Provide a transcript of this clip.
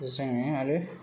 जोङो आरो